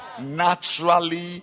Naturally